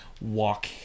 walk